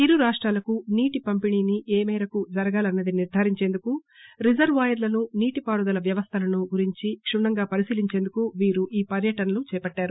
ఇరు రాష్టాలకు నీటి పంపిణీ ఏ మేరకు జరగాలన్నది నిర్దారించేందుకు రిజర్పాయర్లను నీటి పారుదల వ్యవస్థలను గురించి కేత్రస్థాయిలో కుణ్ణంగా పరిశీలించేందుకు వారు ఈ పర్యటన చేపట్టారు